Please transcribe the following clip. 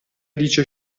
dice